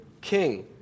king